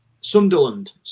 Sunderland